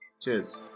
cheers